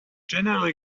generally